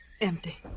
Empty